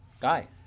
Guy